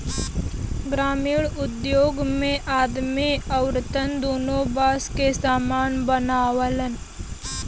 ग्रामिण उद्योग मे आदमी अउरत दुन्नो बास के सामान बनावलन